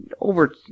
over